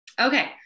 Okay